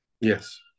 Yes